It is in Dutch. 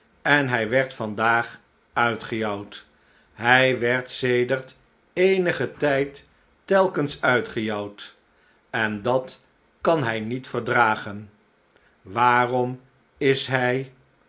en hij werd vandaag uitgejouwd hij werd sedert eenigen tyd telkens uitgejouwd en dat kan hij niet verdragen jwaarom is hij